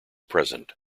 present